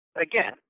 Again